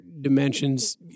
dimensions